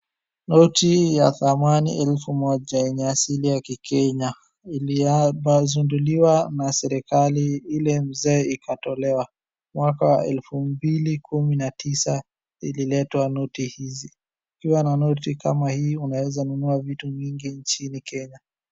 Noti ya dhamani elfu moja yenye asili ya Kikenya ilizinduliwa na serikali ile mzee ikatolewa mwaka wa elfu mbili kumi na tisa ililetwa noti hizi. Ukiwa na noti kama hii unaeza nunua vitu mingi nchini Kenya.